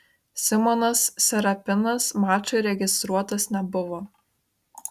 simonas serapinas mačui registruotas nebuvo